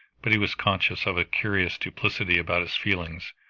but he was conscious of a curious duplicity about his feelings,